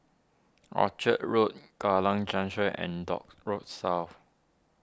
Orchard Road Kallang Junction and Dock Road South